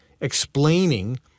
explaining